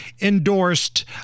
endorsed